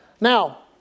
Now